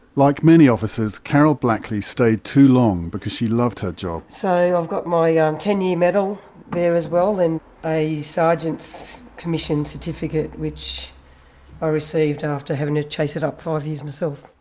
like many officers, karol blackley stayed too long because she loved her job. so i've got my ah ten year medal there as well and a sergeant's commission certificate, which i received after having to chase it up five years myself.